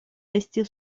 esti